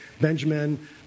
Benjamin